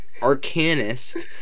Arcanist